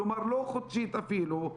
לא חודשית אפילו.